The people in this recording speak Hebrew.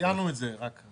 ציינו את זה בהצגה.